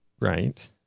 Right